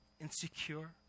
Insecure